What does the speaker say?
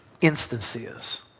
instances